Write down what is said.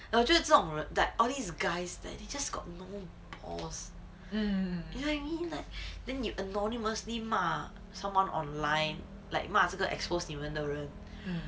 我觉得这种人 all these guys they they just got no balls you know what I mean like then you anonymously 骂 someone online like 骂这个 exposed 你们的人